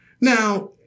Now